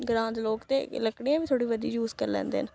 ग्रां दे लोक ते लकड़ियां बी थोह्ड़ी बोह्ती यूज करी लैंदे न